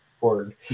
word